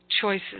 choices